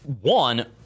One